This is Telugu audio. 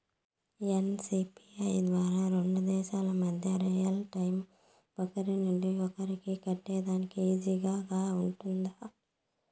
ఎన్.సి.పి.ఐ ద్వారా రెండు దేశాల మధ్య రియల్ టైము ఒకరి నుంచి ఒకరికి కట్టేదానికి ఈజీగా గా ఉంటుందా?